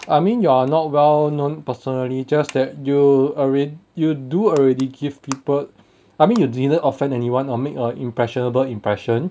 I mean you're not well known personally just that you alre~ you do already give people I mean you didn't offend anyone or make a impressionable impression